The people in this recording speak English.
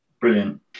Brilliant